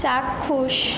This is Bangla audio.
চাক্ষুষ